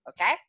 Okay